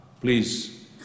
Please